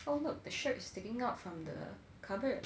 oh look the shirt sticking out from the cupboard